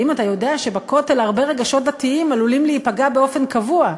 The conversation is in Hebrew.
האם אתה יודע שבכותל הרבה רגשות דתיים עלולים להיפגע באופן קבוע?